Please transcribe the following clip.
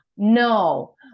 No